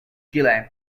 chile